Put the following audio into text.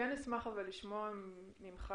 אשמח לשמוע ממך